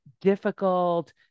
difficult